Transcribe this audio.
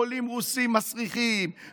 עולים רוסים מסריחים,